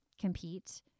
compete